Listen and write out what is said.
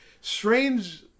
strange